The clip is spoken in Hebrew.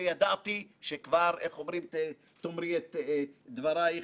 ידעתי שכבר תאמרי את דבריך,